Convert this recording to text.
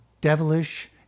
devilish